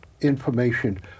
information